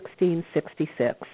1666